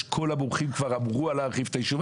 כל המומחים דיברו על להרחיב את היישוב.